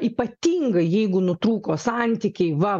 ypatingai jeigu nutrūko santykiai va